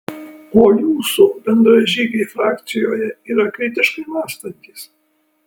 o jūsų bendražygiai frakcijoje yra kritiškai mąstantys